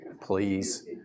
Please